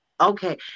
okay